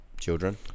Children